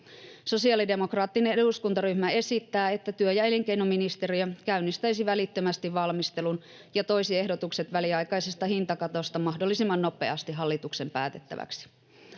Sosiaalidemokraattinen eduskuntaryhmä esittää, että työ- ja elinkeinoministeriö käynnistäisi välittömästi valmistelun ja toisi ehdotukset väliaikaisesta hintakatosta mahdollisimman nopeasti hallituksen päätettäväksi.